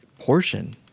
Portion